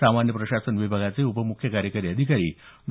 सामान्य प्रशासन विभागाचे उप मुख्य कार्यकारी अधिकारी डॉ